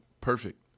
Perfect